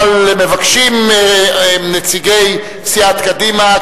אבל מבקשים נציגי סיעת קדימה,